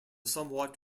somewhat